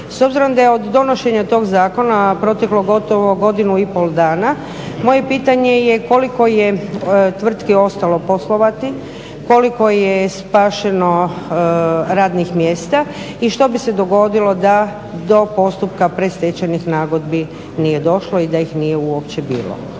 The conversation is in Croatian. S obzirom da je od donošenja toga zakona proteklo gotovo godinu i pol dana moje pitanje je koliko je tvrtki ostalo poslovati, koliko je spašeno radnih mjesta i što bi se dogodilo da do postupka predstečajnih nagodbi nije došlo i da ih nije uopće bilo?